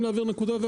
יוצא מבולבל.